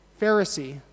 Pharisee